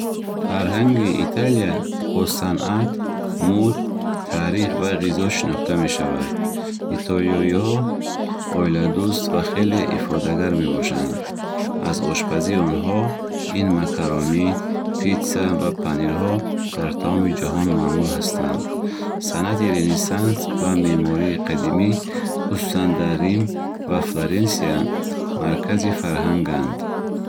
Фарҳанги Италия бо санъат, мӯд, таърих ва ғизо шинохта мешавад. Итолиёиҳо оиладӯст ва хеле ифодагар мебошанд. Аз ошпазии онҳо ин макарони, питса ва панирҳо дар тамоми ҷаҳон маъмул ҳастанд. Санъати Ренессанс ва меъмории қадимӣ, хусусан дар Рим ва Фларенсия, маркази фарҳанганд.